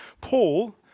Paul